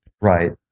Right